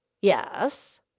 Yes